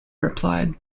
replied